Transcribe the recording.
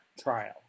trial